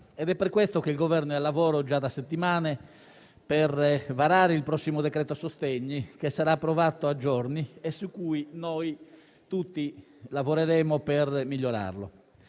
ed è per questo che il Governo è al lavoro già da settimane per varare il prossimo decreto sostegni, che sarà approvato a giorni e su cui tutti lavoreremo, per migliorarlo.